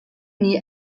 nie